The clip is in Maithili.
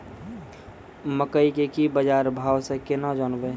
मकई के की बाजार भाव से केना जानवे?